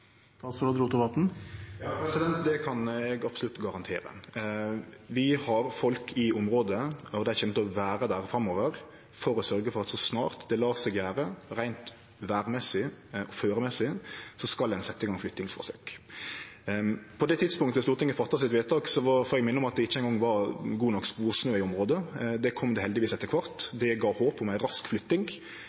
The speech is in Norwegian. Det kan eg absolutt garantere. Vi har folk i området, og dei kjem til å vere der framover for å sørgje for at så snart det lèt seg gjere reint vêrmessig, føremessig, skal ein setje i gang flyttingsforsøk. På det tidspunktet Stortinget fatta sitt vedtak, får eg minne om at det ikkje eingong var god nok sporsnø i området. Det kom det heldigvis etter kvart. Det gav håp om ei rask flytting.